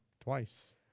twice